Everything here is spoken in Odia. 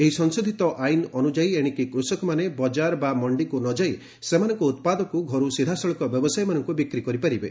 ଏହି ସଂଶୋଧିତ ଆଇନ ଅନୁଯାୟୀ ଏଶିକି କୃଷକମାନେ ବଜାର ବା ମଣ୍ଡିକୁ ନ ଯାଇ ସେମାନଙ୍କ ଉତ୍ପାଦକୁ ଘରୁ ସିଧାସଳଖ ବ୍ୟବସାୟୀମାନଙ୍କୁ ବିକ୍ରି କରିପାରିବେ